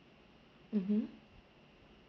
mmhmm